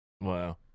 wow